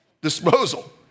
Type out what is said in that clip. disposal